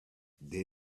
there